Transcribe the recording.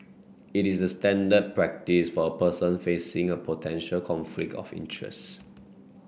it is the standard practice for a person facing a potential conflict of interest